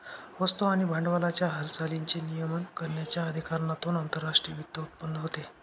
वस्तू आणि भांडवलाच्या हालचालींचे नियमन करण्याच्या अधिकारातून आंतरराष्ट्रीय वित्त उत्पन्न होते